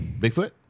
Bigfoot